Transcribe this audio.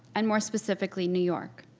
and more specifically, new york.